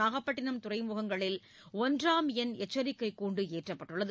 நாகப்பட்டிணம் துறைமுகங்களில் ஒன்றாம் எண் எச்சரிக்கைக் கூண்டுஏற்றப்பட்டுள்ளது